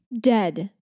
Dead